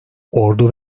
ordu